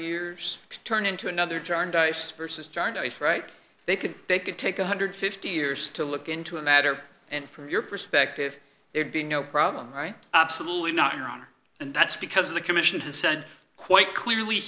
years to turn into another jarndyce vs jarndyce right they could they could take a one hundred and fifty years to look into a matter and from your perspective there'd be no problem right absolutely not your honor and that's because the commission has said quite clearly